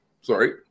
sorry